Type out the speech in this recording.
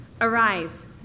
Arise